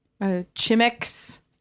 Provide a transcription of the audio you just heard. Chimex